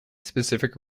specific